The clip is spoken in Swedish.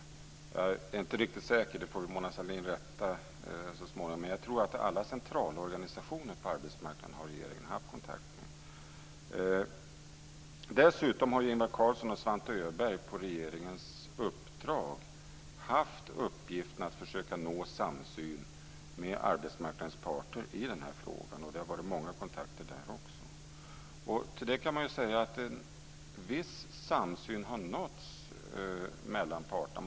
Jag är inte riktigt säker - om jag har fel får Mona Sahlin rätta mig så småningom - men jag tror att regeringen har haft kontakt med alla centralorganisationer på arbetsmarknaden. Dessutom har Ingvar Carlsson och Svante Öberg på regeringens uppdrag haft uppgiften att försöka nå en samsyn med arbetsmarknadens parter i den här frågan. Det har tagits många kontakter också med dem. En viss samsyn har nåtts mellan parterna.